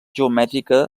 geomètrica